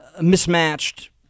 mismatched